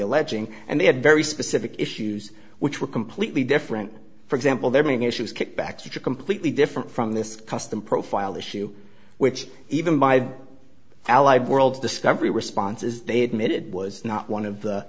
alleging and they had very specific issues which were completely different for example their main issues kickbacks which are completely different from this custom profile issue which even by allied world discovery responses they admitted was not one of the